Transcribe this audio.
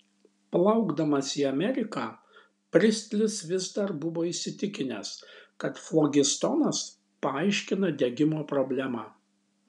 plaukdamas į ameriką pristlis vis dar buvo įsitikinęs kad flogistonas paaiškina degimo problemą